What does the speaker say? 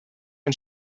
und